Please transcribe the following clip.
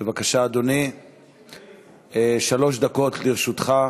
בבקשה, אדוני, שלוש דקות לרשותך.